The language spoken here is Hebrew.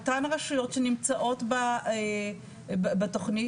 ורציתי להוסיף לדיון את מקצועות הבריאות ואת משרד הבריאות,